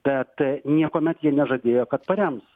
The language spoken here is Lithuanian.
bet niekuomet jie nežadėjo kad parems